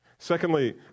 Secondly